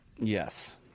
Yes